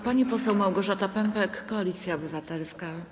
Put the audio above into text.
Pani poseł Małgorzata Pępek, Koalicja Obywatelska.